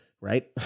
right